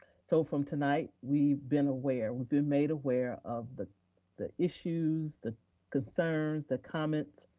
so from tonight, we've been aware, we've been made aware of the the issues, the concerns, the comments,